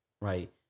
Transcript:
right